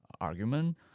argument